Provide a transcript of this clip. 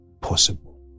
possible